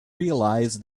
realise